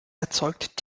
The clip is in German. erzeugt